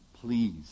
Please